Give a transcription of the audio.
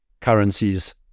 currencies